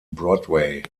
broadway